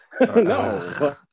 No